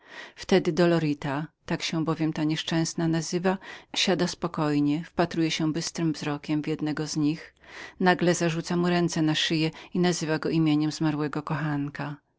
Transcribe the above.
wtedy dolorita tak się bowiem ta nieszczęsna nazywa siada spokojnie wpatruje się bystrym wzrokiem w jednego z nich nagle zarzuca mu ręce na szyję i woła go nazwiskiem zmarłego kochanka